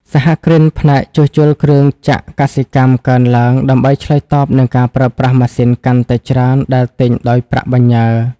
សហគ្រិនផ្នែក "ជួសជុលគ្រឿងចក្រកសិកម្ម" កើនឡើង ដើម្បីឆ្លើយតបនឹងការប្រើប្រាស់ម៉ាស៊ីនកាន់តែច្រើនដែលទិញដោយប្រាក់បញ្ញើ។